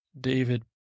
David